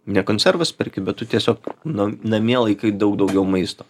ne konservus perki bet tu tiesiog nu namie laikai daug daugiau maisto